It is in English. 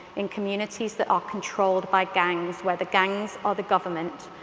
in communities that are controlled by gangs. where the gangs are the government,